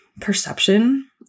perception